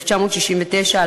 1969,